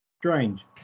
strange